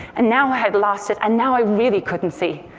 and now i had lost it. and now i really couldn't see.